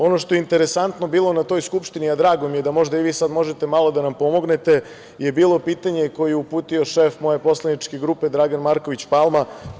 Ono što je interesantno bilo na toj Skupštini, a drago mi je da možda i vi sada možete malo da nam pomognete je bilo pitanje koje je uputio šef moje poslaničke grupe Dragan Marković Palma.